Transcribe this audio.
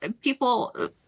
people